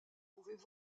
pouvaient